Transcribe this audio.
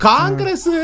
Congress